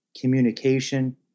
communication